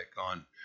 on